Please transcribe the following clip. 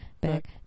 back